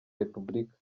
repubulika